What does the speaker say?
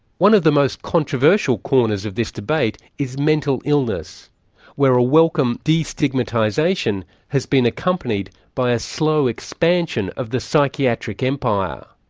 one of the most controversial corners of this debate is mental illness where a welcome de-stigmatisation has been accompanied by a slow expansion of the psychiatric empire.